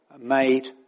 made